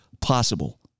possible